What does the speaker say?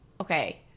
okay